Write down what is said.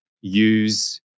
use